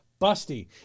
Busty